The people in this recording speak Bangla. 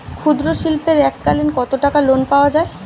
ক্ষুদ্রশিল্পের এককালিন কতটাকা লোন পাওয়া য়ায়?